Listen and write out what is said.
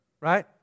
Right